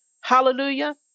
Hallelujah